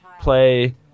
play